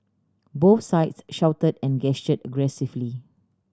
both sides shouted and gestured aggressively